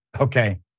Okay